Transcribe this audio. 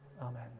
amen